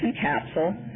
capsule